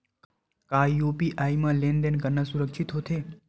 का यू.पी.आई म लेन देन करना सुरक्षित होथे?